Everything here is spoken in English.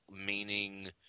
meaning –